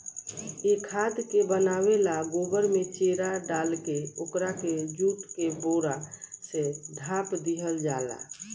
ए खाद के बनावे ला गोबर में चेरा डालके ओकरा के जुट के बोरा से ढाप दिहल जाला